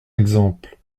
exemple